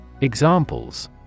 Examples